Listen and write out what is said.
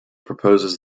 proposes